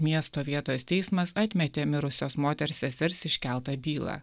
miesto vietos teismas atmetė mirusios moters sesers iškeltą bylą